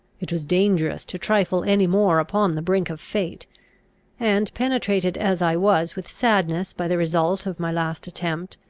it was dangerous to trifle any more upon the brink of fate and, penetrated as i was with sadness by the result of my last attempt,